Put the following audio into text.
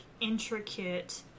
intricate